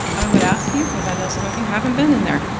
i would ask you because i know some of you haven't been in there.